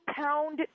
pound